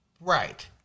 Right